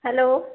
hello